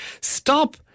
stop